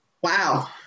wow